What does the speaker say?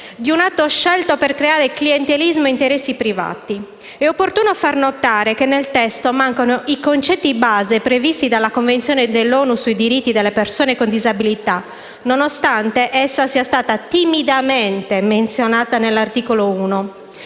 di un atto scelto per alimentare clientelismo e interessi privati. È opportuno far notare che nel testo mancano i concetti base previsti dalla Convenzione ONU sui diritti delle persone con disabilità, nonostante essa sia stata timidamente menzionata nell'articolo 1.